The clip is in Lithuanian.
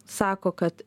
sako kad